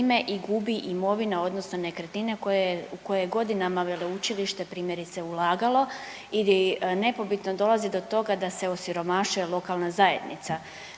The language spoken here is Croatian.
i gubi imovina odnosno nekretnine u koje je godinama veleučilište primjerice ulagalo i gdje nepobitno dolazi do toga da se osiromašuje lokalna zajednica,